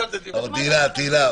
תהלה,